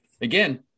Again